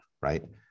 right